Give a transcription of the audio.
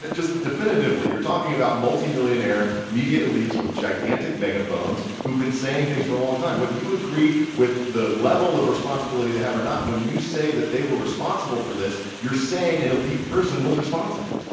just definitively you're talking about multi-millionaire media elites with gigantic megaphones who've been saying things for a long time. whether you agree with the level of responsibility they have or not, when you say that they were responsible for this you're saying an elite person was responsible.